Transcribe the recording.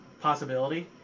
possibility